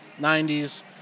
90s